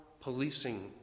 Policing